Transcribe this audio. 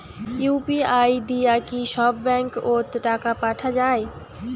UPI দিয়া কি সব ব্যাংক ওত টাকা পাঠা যায়?